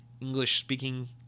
English-speaking